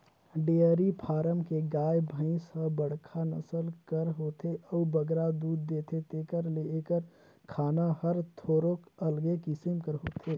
dairy farm के गाय, भंइस ह बड़खा नसल कर होथे अउ बगरा दूद देथे तेकर ले एकर खाना हर थोरोक अलगे किसिम कर होथे